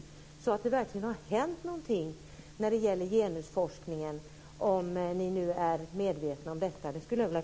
Ni hade kunnat se till att det verkligen hade hänt någonting när det gäller genusforskningen, om ni nu är medvetna om detta.